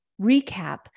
recap